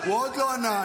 הוא עוד לא ענה.